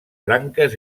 branques